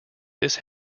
this